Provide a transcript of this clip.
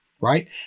right